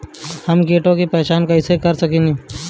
हम कीटों की पहचान कईसे कर सकेनी?